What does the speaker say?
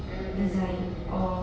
mm mm mm mm